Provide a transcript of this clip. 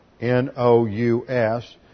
N-O-U-S